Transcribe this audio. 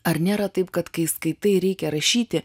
ar nėra taip kad kai skaitai reikia rašyti